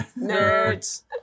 Nerds